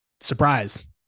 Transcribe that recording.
surprise